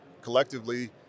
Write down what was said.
collectively